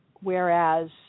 whereas